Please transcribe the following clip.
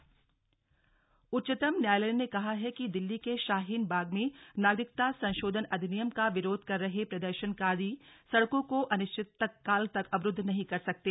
Shaheen Bagh supreme court उच्चतम न्यायालय ने कहा है कि दिल्ली के शाहीन बाग में नागरिकता संशोधन अधिनियम का विरोध कर रहे प्रदर्शनकारी सड़कों को अनिश्चितकाल तक अवरूद्ध नहीं कर सकते